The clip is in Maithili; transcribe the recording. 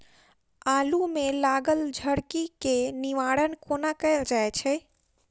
आलु मे लागल झरकी केँ निवारण कोना कैल जाय छै?